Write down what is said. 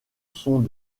sont